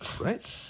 Right